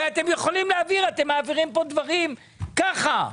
הרי אתם מעבירים פה דברים ככה.